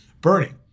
burning